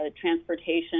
transportation